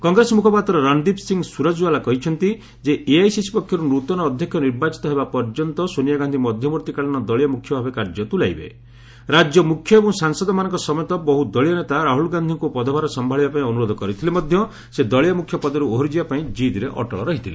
କଂଗ୍ରେସ ମୁଖପାତ୍ର ରନ୍ଦୀପ ସିଂହ ସୁରଜୱାଲା କହିଛନ୍ତି ଯେ ଏଆଇସିସି ପକ୍ଷରୁ ନୃତନ ଅଧ୍ୟକ୍ଷ ନିର୍ବାଚିତ ହେବା ପର୍ଯ୍ୟନ୍ତ ସୋନିଆ ଗାନ୍ଧି ମଧ୍ୟବର୍ତ୍ତୀକାଳୀନ ଦଳୀୟ ମୁଖ୍ୟ ଭାବେ କାର୍ଯ୍ୟ ତୁଲାଇବେ ରାଜ୍ୟ ମୁଖ୍ୟ ଏବଂ ସାଂସଦମାନଙ୍କ ସମେତ ବହୁ ଦଳୀୟ ନେତା ରାହୁଳ ଗାନ୍ଧିଙ୍କୁ ପଦଭାର ସମ୍ଭାଳିବା ପାଇଁ ଅନୁରୋଧ କରିଥିଲେ ମଧ୍ୟ ସେ ଦଳୀୟ ମୁଖ୍ୟ ପଦରୁ ଓହରି ଯିବା ପାଇଁ ଜିଦରେ ଅଟଳ ରହିଥିଲେ